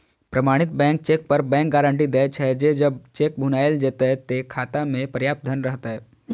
प्रमाणित चेक पर bank guarantee दै छे, जे जब चेक भुनाएल जेतै, ते खाता मे पर्याप्त धन रहतै